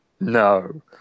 no